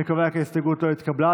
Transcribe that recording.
אני קובע כי ההסתייגות לא התקבלה.